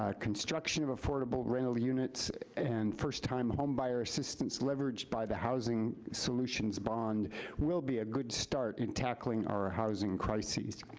construction of affordable rental units and first-time homebuyer assistance leveraged by the housing solutions bond will be a good start in tackling our ah housing crises.